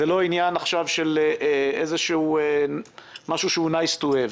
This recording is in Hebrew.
זה לא עניין של משהו שהוא nice to have.